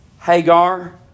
Hagar